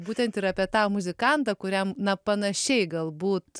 būtent ir apie tą muzikantą kuriam na panašiai galbūt